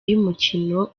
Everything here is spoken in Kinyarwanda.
yumukino